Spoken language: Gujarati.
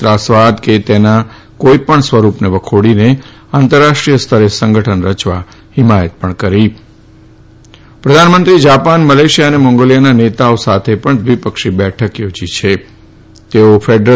ત્રાસવાદ કે તેના કોઈ સ્વરૂપને વખોડીને આંતરરાષ્ટ્રીયસ્તરે સંગઠન રચવા હિમાથત કરી છે જાપાન મલેશિયા અને મોંગોલિયાના નેતાઓ સાથે પણ દ્વિપક્ષી બેઠક યોજવાના છેતેઓ ફેડરલ